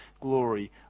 glory